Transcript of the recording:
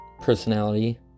personality